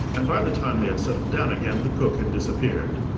and, by the time they had settled down again, the cook had disappeared.